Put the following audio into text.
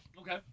Okay